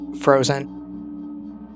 frozen